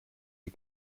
die